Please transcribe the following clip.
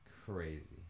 crazy